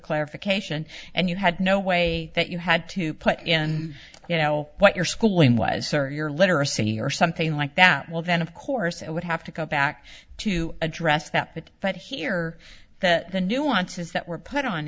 clarification and you had no way that you had to put in you know what your schooling was sir your literacy or something like that well then of course it would have to go back to address that but here are the nuances that were put on